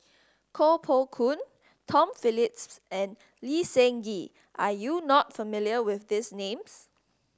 Koh Poh Koon Tom Phillips and Lee Seng Gee are you not familiar with these names